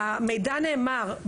המידע נאמר.